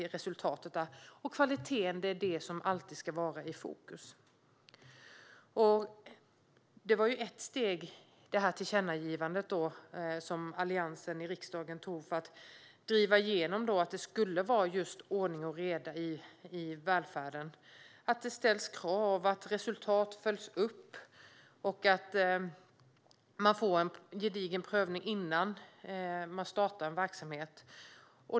Kvaliteten är det som alltid ska vara i fokus. Det tillkännagivande som Alliansen gjorde här i riksdagen var centralt för att kunna driva igenom att det skulle vara ordning och reda i välfärden. Det ska ställas krav, resultat ska följas upp och det ska ske en gedigen prövning innan man startar en verksamhet.